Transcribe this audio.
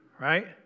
right